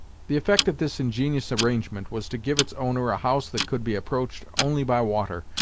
the effect of this ingenious arrangement was to give its owner a house that could be approached only by water,